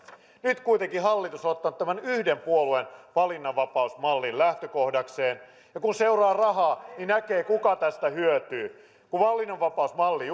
nyt kuitenkin hallitus on ottanut tämän yhden puolueen valinnanvapausmallin lähtökohdakseen ja kun seuraa rahaa niin näkee kuka tästä hyötyy kun valinnanvapausmalli